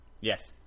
Yes